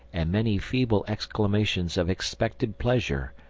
and many feeble exclamations of expected pleasure,